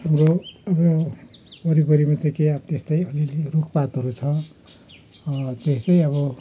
हाम्रो अब ओरिपरिमा त के अब त्यस्तै अलिलि रुखपातहरू छ त्यस्तै अब